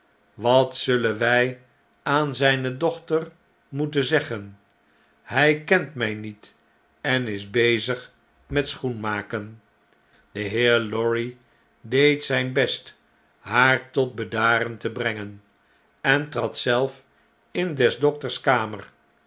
wat zullen wg aan zijne dochter moeten zeggenj hg kent mjj niet en is bezig met schoenmaken de heer lorry deed zijn best haar tot bedaren te brengen en trad zelf in des dokters kamer